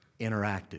interactive